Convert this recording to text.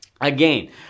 again